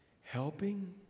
helping